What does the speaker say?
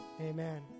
Amen